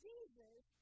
Jesus